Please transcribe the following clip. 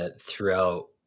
throughout